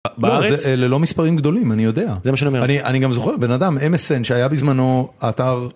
בארץ ללא מספרים גדולים אני יודע, אני גם זוכר בן אדם MSN שהיה בזמנו אתר.